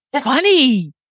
funny